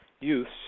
youths